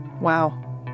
Wow